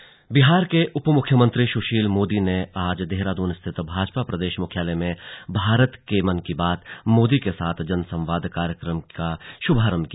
सुशील मोदी बिहार के उपमुख्यमंत्री सुशील मोदी ने आज देहरादून स्थित भाजपा प्रदेश मुख्यालय में भारत के मन की बात मोदी के साथ जनसंवाद कार्यक्रम का शुभारंभ किया